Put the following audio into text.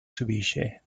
subisce